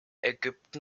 ägypten